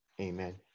amen